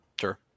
Sure